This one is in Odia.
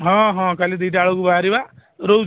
ହଁ ହଁ କାଲି ଦୁଇଟାବେଳକୁ ବାହାରିବା ରହୁଛି